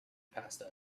passed